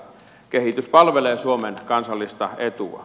kehitys palvelee suomen kansallista etua